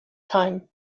time